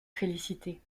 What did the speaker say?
félicité